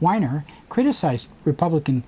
weiner criticized republican